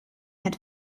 had